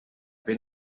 been